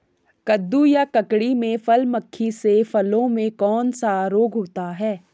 कद्दू या ककड़ी में फल मक्खी से फलों में कौन सा रोग होता है?